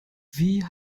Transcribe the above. wie